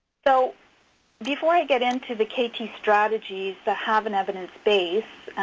so before i get into the kt strategies that have an evidence base,